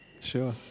Sure